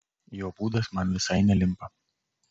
jo būdas man visai nelimpa